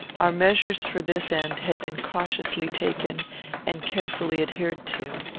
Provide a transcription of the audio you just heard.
our measures for this end had been cautiously taken and carefully adhered to.